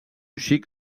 xic